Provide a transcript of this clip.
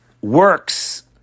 works